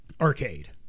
Arcade